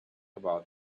about